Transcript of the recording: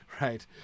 right